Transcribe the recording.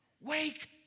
Wake